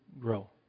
grow